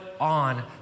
on